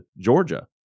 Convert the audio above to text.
Georgia